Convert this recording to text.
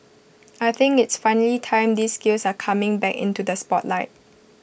I think it's finally time these skills are coming back into the spotlight